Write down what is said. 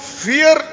fear